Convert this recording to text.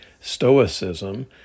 stoicism